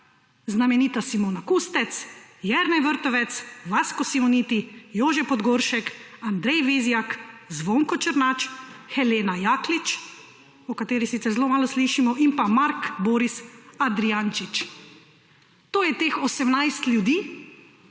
znamenita Simona Kustec, Jernej Vrtovec, Vasko Simoniti, Jože Podgoršek, Andrej Vizjak, Zvonko Černač, Helena Jaklič o kateri sicer zelo malo slišimo in pa Mark Boris Adrijančič. To je teh 18 ljudi,